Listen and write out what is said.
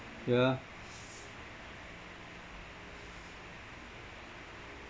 yeah